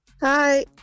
hi